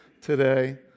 today